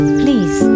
please